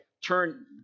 Turn